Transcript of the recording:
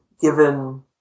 given